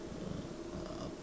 uh up~